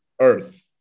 earth